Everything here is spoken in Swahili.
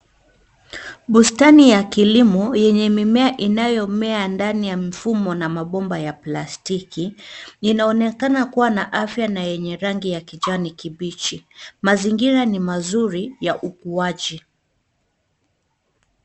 Bustani ya kilimo yenye mimea inayomea ndani ya mfumo na mabomba ya plastiki, inaonekana kua na afya na yenye rangi ya kijani kibichi. Mazingira ni mazuri ya ukuaji.